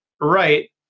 Right